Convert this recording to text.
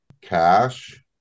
cash